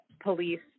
police